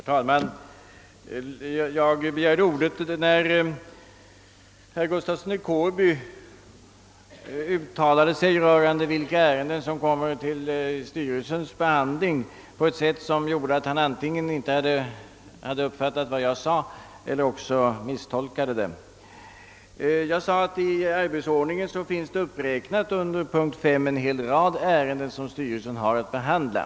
Herr talman! Jag begärde ordet när herr Gustafsson i Kårby i fråga om vilka ärenden som kommer till styrelsens behandling uttalade sig på ett sätt som gav vid handen, att han antingen inte hade uppfattat vad jag sade eller misstolkade det. Jag sade att det i arbetsordningen under punkt 5 finns uppräknat en hel rad ärenden som styrelsen har att behandla.